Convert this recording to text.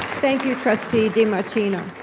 thank you, trustee demartino.